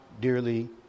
dearly